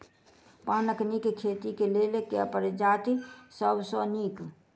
पानक नीक खेती केँ लेल केँ प्रजाति सब सऽ नीक?